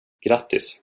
grattis